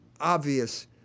obvious